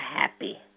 happy